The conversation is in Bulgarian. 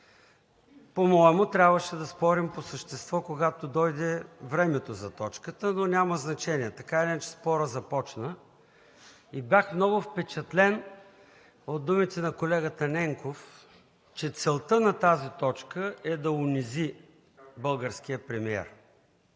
По моему трябваше да спорим по-същество, когато дойде времето за точката, но няма значение. Така или иначе спорът започна. Бях много впечатлен от думите на колегата Ненков, че целта на тази точка е да унизи българския премиер.